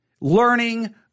learning